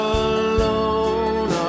alone